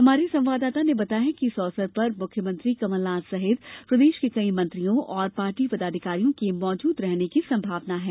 हमारे संवाददाता ने बताया है कि इस अवसर पर मुख्यमंत्री कमलनाथ सहित प्रदेश के कई मंत्रियों और पार्टी पदाधिकारियों के मौजूद रहने की संभावना है